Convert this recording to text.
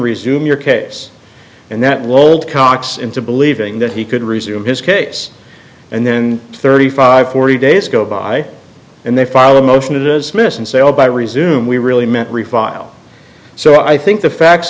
resume your case and that won't cox into believing that he could resume his case and then thirty five forty days go by and they file a motion to dismiss and say oh by resume we really meant refile so i think the facts